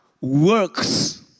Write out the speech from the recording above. works